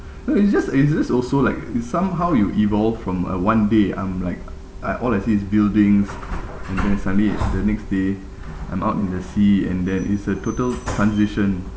no it's just it's also like it somehow you evolved from a one day I'm like uh all I see is building sand then suddenly the next day I'm out in the sea and then it's a total transition